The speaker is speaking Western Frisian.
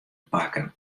pakken